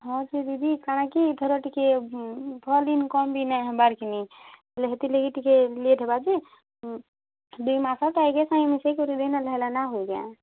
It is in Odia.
ହଁ ସେ ଦିଦି କାଣା କି ଏଥର ଟିକେ ଭଲ୍ ଇନ୍କମ୍ ବି ନାଇଁହେବାର୍ କି ନାଇଁ ତ ହେଥିର୍ଲାଗି ଟିକେ ଲେଟ୍ ହେବା ଯେ ଦୁଇମାସର୍ଟା ଏକାସାଙ୍ଗେ ମିଶେଇକରି ଦେଇନେଲେ ନାଇଁ ହୁଏ କେଁ